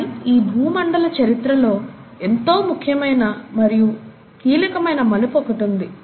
కానీ ఈ భూమండల చరిత్రలో ఎంతో ముఖ్యమైన మరియు కీలకమైన మలుపు ఒకటి ఉంది